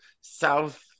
South